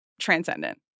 transcendent